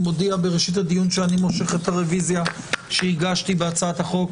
בראשית הדיון אני מודע שאני מושך את הרוויזיה שהגשתי בהצעת החוק